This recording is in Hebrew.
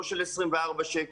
לא של 24 שקלים.